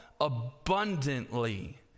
abundantly